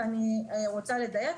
ואני רוצה לדייק,